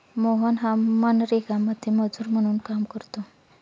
मोहन हा मनरेगामध्ये मजूर म्हणून काम करतो